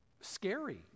scary